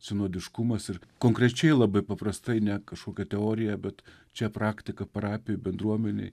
sinodiškumas ir konkrečiai labai paprastai ne kažkokia teorija bet čia praktika parapijoj bendruomenėj